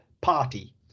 party